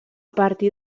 partir